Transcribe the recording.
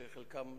שחלקן,